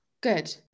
good